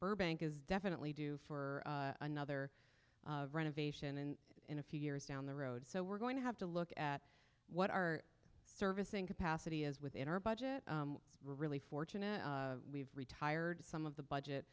burbank is definitely due for another renovation and in a few years down the road so we're going to have to look at what our servicing capacity is within our budget it's really fortunate we've retired some of the budget